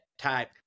type